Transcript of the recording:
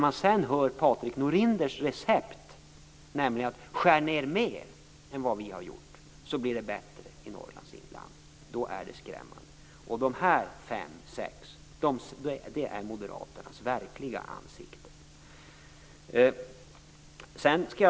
Att sedan höra Patrik Norinders recept, nämligen att skära ned mer än vad vi har gjort för att det skall bli bättre i Norrlands inland, är skrämmande. De sex gruppledarna är Moderaternas verkliga ansikte.